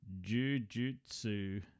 Jujutsu